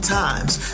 times